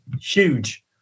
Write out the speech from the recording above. Huge